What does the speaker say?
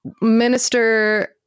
Minister